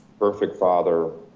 perfect father,